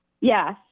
Yes